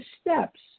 steps